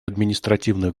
административных